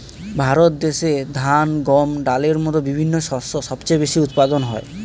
ভারত দেশে ধান, গম, ডালের মতো বিভিন্ন শস্য সবচেয়ে বেশি উৎপাদন হয়